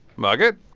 margaret.